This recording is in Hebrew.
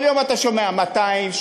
כל יום אתה שומע: 200,